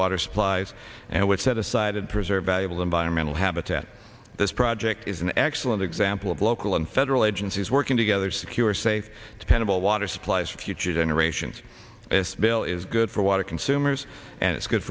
water supplies and would set aside and preserve valuable environmental habitat this project is an excellent example of local and federal agencies working together secure safe dependable water supplies for future generations this bill is good for a lot of consumers and it's good